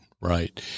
right